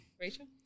Rachel